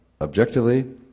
objectively